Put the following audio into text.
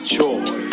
joy